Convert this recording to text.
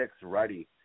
ready